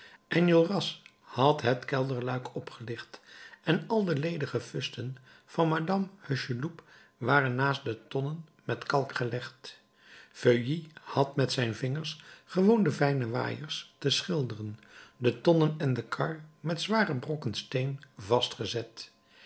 enjolras had het kelderluik opgelicht en al de ledige fusten van madame hucheloup waren naast de tonnen met kalk gelegd feuilly had met zijn vingers gewoon de fijne waaiers te schilderen de tonnen en de kar met zware brokken steen vastgezet